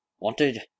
wanted